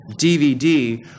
DVD